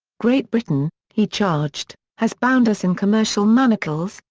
great britain, he charged, has bound us in commercial manacles,